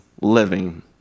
living